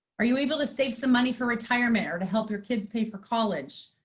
are you able to save some money for retirement or to help your kids pay for college?